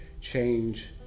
change